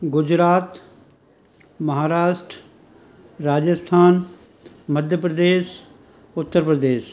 Gujarat Maharashtra Rajasthan Madhya Pradesh Uttar Pradesh